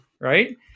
Right